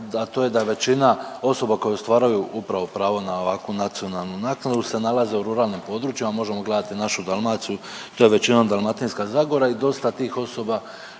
a to je da je većina osoba koje ostvaruju upravo pravo na ovakvu nacionalnu naknadu se nalaze u ruralnim područjima, možemo gledati našu Dalmaciju, to je većinom Dalmatinska zagora i dosta tih osoba